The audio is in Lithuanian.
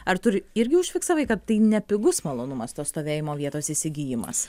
ar tu irgi užfiksavai kad tai nepigus malonumas tos stovėjimo vietos įsigijimas